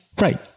Right